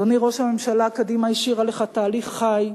אדוני ראש הממשלה, קדימה השאירה לך תהליך חי,